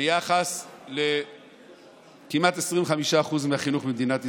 ביחס כמעט ל-25% מהחינוך במדינת ישראל,